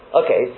okay